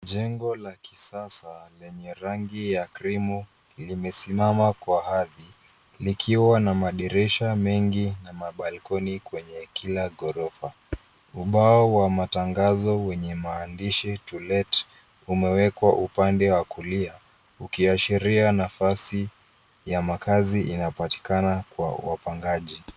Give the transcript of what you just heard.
Jengo la kisasa lenye rangi ya krimu limesimama kwa ardhi likiwa na madirisha mengi na mabalikoni kwenye kila ghorofa. Ubao wa matangazo wenye maandishi to let umewekwa upande wa kulia ukiashiria nafasi ya makazi inapatikana kwa wapangaji.